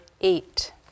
eight